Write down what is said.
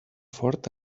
fort